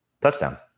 Touchdowns